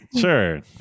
Sure